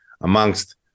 amongst